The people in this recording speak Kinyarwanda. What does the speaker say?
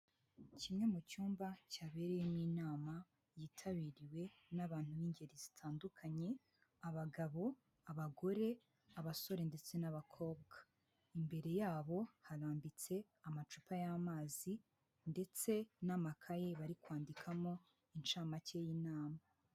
Kimwe mu cyumba cyabereyemo inama yitabiriwe n'abantu b'ingeri zitandukanye, abagabo abagore, abasore ndetse n'abakobwa, imbere yabo harambitse amacupa y'amazi, ndetse n'amakaye bari kwandikamo inshamake y'inama.